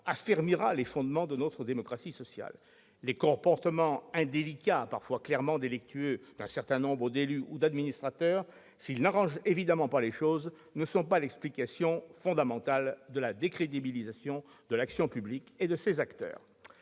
affermira « les fondements du contrat social ». Les comportements indélicats, parfois clairement délictueux, d'un certain nombre d'élus ou d'administrateurs, s'ils n'arrangent évidemment pas les choses, ne sont pas l'explication fondamentale de la décrédibilisation de l'action publique et de ses acteurs.